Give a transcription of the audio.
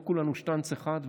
לא כולנו שטנץ אחד,